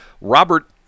Robert